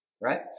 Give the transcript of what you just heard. right